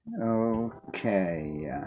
Okay